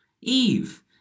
Eve